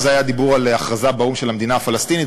אז היה דיבור על הכרזה באו"ם של המדינה הפלסטינית,